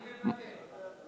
אני מוותר.